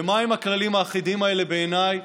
ומה הם הכללים האחידים האלה בעיניי?